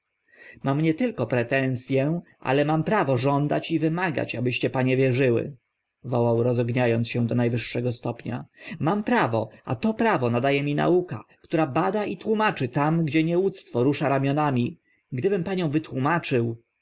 mam nie tylko pretens ę ale mam prawo żądać i wymagać abyście panie wierzyły wołał rozognia ąc się do na wyższego stopnia mam prawo a to prawo nada e mi nauka która bada i tłumaczy tam gdzie nieuctwo rusza ramionami gdybym paniom wytłumaczył